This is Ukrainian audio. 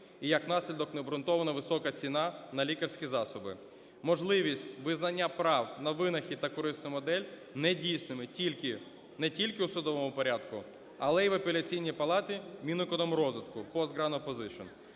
і як наслідок необґрунтовано висока ціна на лікарські засоби; можливість визнання прав на винахід та корисну модель недійсними тільки… не тільки у судовому порядку, але і в Апеляційній палаті Мінекономрозвитку ("post-grant opposition").